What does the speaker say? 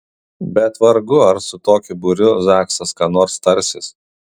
bet vargu ar su tokiu būriu zaksas ką nors tarsis